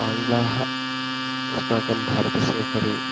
आङ्ग्लाः अस्माकं भारतस्य उपरि